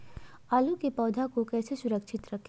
आलू के पौधा को कैसे सुरक्षित रखें?